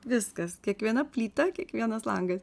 viskas kiekviena plyta kiekvienas langas